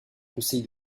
conseil